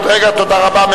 תודה רבה.